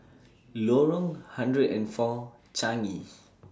Lorong hundred and four Changi